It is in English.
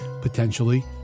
potentially